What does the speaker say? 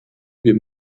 wir